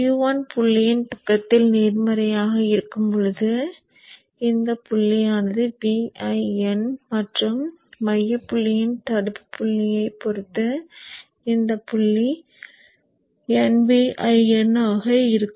Q 1 புள்ளியின் பக்கத்தில் நேர்மறையாக இருக்கும் போது இந்த புள்ளியானது Vin மற்றும் மையப்புள்ளியின் நடுப்புள்ளியைப் பொறுத்து இந்த புள்ளி nVin ஆக இருக்கும்